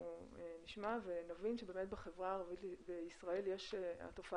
אנחנו נשמע על זה ונבין שבאמת בחברה הערבית בישראל התופעה